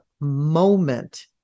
moment